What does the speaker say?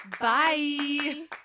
Bye